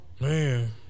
Man